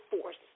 force